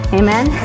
amen